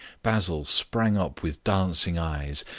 basil sprang up with dancing eyes,